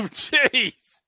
jeez